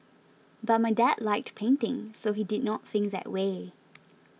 but my dad liked painting so he did not think that way